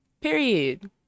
Period